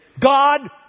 God